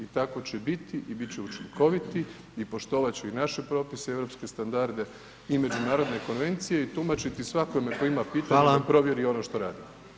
Tako će biti i bit će učinkoviti i poštovat će i naše propise i europske standarde i međunarodne konvencije i tumačiti svakome tko ima pitanje [[Upadica: Hvala.]] da provjeri ono što radimo.